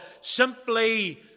simply